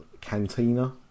cantina